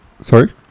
Sorry